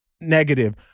Negative